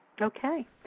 Okay